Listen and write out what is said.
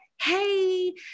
Hey